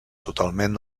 totalment